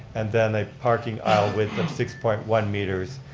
and then a parking aisle width of six point one meters,